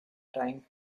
time